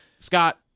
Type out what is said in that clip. Scott